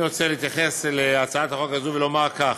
אני רוצה להתייחס להצעת החוק הזאת ולומר כך: